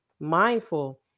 mindful